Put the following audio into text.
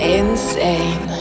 insane